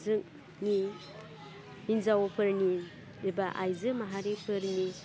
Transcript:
जोंनि हिन्जावफोरनि एबा आइजो माहारिफोरनि